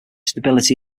stability